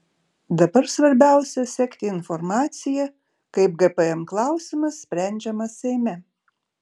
dabar svarbiausia sekti informaciją kaip gpm klausimas sprendžiamas seime